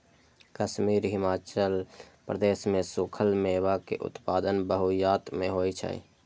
कश्मीर, हिमाचल प्रदेश मे सूखल मेवा के उत्पादन बहुतायत मे होइ छै